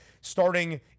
starting